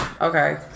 Okay